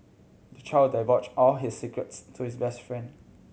the child divulged all his secrets to his best friend